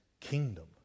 kingdom